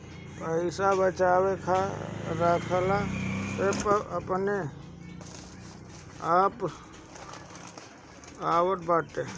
पईसा बचा के रखला पअ अपने ही काम आवत बाटे